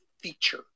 feature